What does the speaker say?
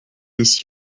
ici